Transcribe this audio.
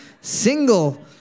single